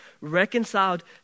reconciled